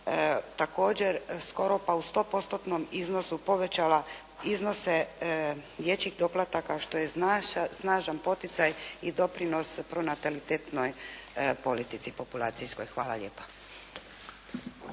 također skoro pa u 100%-tnom iznosu povećala iznose dječjih doplataka što je snažan poticaj i doprinos pronatalitetnoj politici populacijskoj. Hvala lijepa.